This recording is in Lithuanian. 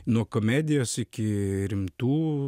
nuo komedijos iki rimtų